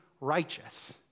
righteous